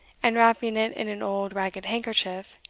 and wrapping it in an old ragged handkerchief,